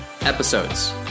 episodes